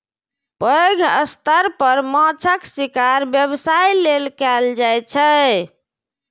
पैघ स्तर पर माछक शिकार व्यवसाय लेल कैल जाइ छै